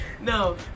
No